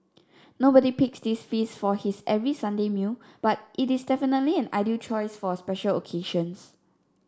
nobody picks this feast for his every Sunday meal but it is definitely an ideal choice for special occasions